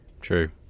True